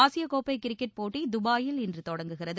ஆசிய கோப்பை கிரிக்கெட் போட்டி துபாயில் இன்று தொடங்குகிறது